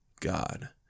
God